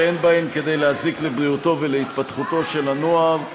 שאין בהן כדי להזיק לבריאותו ולהתפתחותו של הנוער,